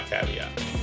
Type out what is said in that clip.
caveat